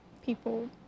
People